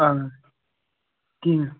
اَہَن حظ کِہیٖنۍ